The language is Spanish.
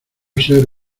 ser